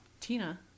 Tina